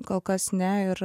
kol kas ne ir